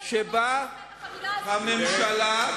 שבה הממשלה,